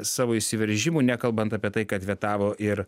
savo įsiveržimų nekalbant apie tai kad vetavo ir